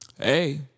Hey